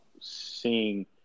seeing